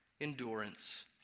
endurance